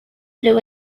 blew